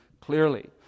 clearly